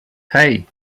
hey